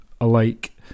alike